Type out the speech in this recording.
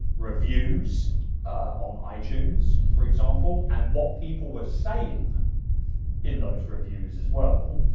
reviews on itunes for example and what people were saying in those reviews as well.